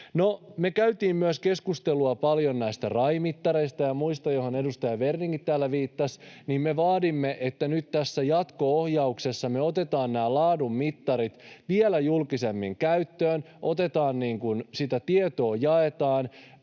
me käytiin myös paljon keskustelua näistä RAI-mittareista ja muista, joihin edustaja Werningkin täällä viittasi, ja me vaadimme, että nyt tässä jatko-ohjauksessa me otetaan nämä laadun mittarit vielä julkisemmin käyttöön, sitä tietoa jaetaan,